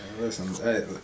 Listen